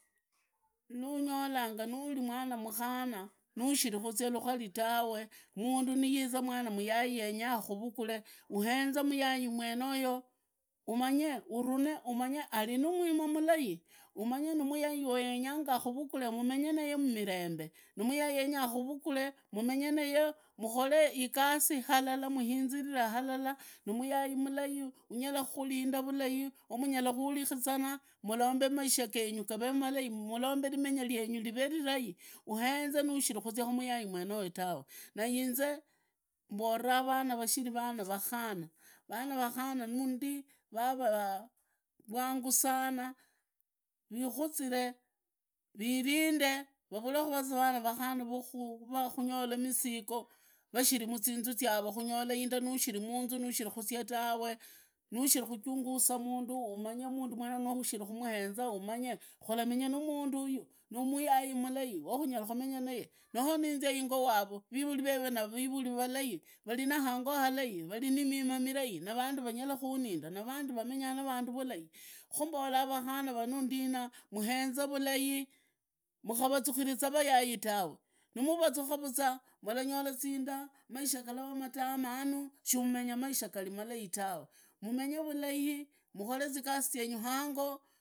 Nunydanga mwana mukhana nushiri kuzia lukuri tawe, mundu niiza mundu muyai yenya ahuruhule, uhenze muyai mwenoyo umange arinimima mirai, umanye wenyenga akuvugule mumenye naye mumirembe, ni muyai mulai unyala nukhulinda vulai umunyalakhuliza na mlombe maisha genyu garee malai, mlombe rimenya ryenyu rivee lilai, uhenze nushiri kuzia kumuyai wenoya tawe, na inze mboranga vana vashiri vana vakhana, vana vakhana vava vaangu sana vihuzire, viriinde vakavaa vana vakuna vanyolanga misigo vashiri muzinzuu zyavo kunyola inda nushiri munzu nushiri kuzia tawe nushiri kuchungusa mundu umanye mundu no ushirinumuenza umanye, ulamenya na muunduyu, na muyai mulai wanyala kumenya naye, noo ninzia hango waro rivuri veve nirivuri ralai, variana hando hali, rari ni mima milai navandu vanyala khanindu narandu vanyala kumenya na vandu vulai kumbola vakhana va nuundina muhenze vulai, muaharazuhiriza vayai tawe, numuvahuza vuza mulanyola zindaa maisha galaraa madamanu, shumenyaa maisha galii malai tawe, mumenye vulai mukore zigasi zyenyu hango.